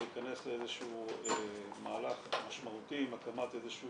להיכנס לאיזשהו מהלך משמעותי עם הקמת איזושהי